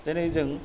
दिनै जों